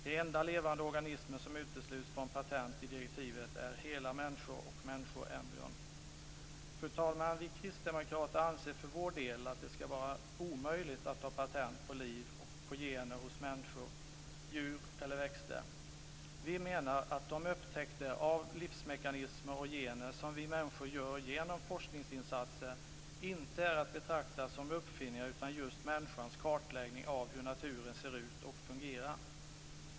De enda levande organismer som utesluts från patent i direktivet är hela människor och människoembryon. Fru talman! Vi kristdemokrater anser att det skall vara omöjligt att ta patent på liv och på gener hos människor, djur eller växter. Vi menar att de upptäckter av livsmekanismer och gener som vi människor gör genom forskningsinsatser inte är att betrakta som uppfinningar utan som människans kartläggning av hur naturen ser ut och fungerar.